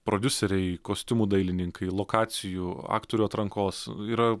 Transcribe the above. prodiuseriai kostiumų dailininkai lokacijų aktorių atrankos yra